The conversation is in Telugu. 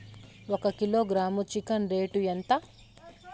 ఒక కిలోగ్రాము చికెన్ రేటు ఎంత?